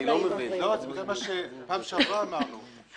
זה מה שאמרנו בפעם הקודמת.